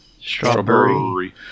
Strawberry